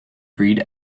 breed